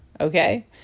okay